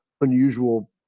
unusual